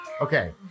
Okay